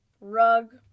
rug